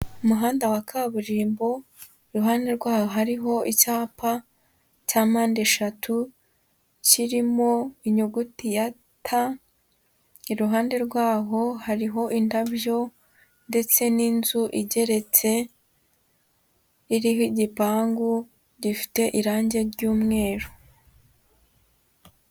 Umuhanda wa kaburimbo, iruhande rwaho hariho icyapa cya mpandeshatu, kirimo inyuguti ya ta, iruhande rwaho hariho indabyo ndetse n'inzu igeretse, iriho igipangu gifite irangi ry'umweru.